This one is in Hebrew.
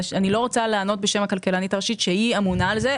אני לא רוצה לענות בשם הכלכלנית הראשית שהיא אמונה על זה,